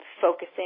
focusing